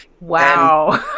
Wow